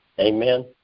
amen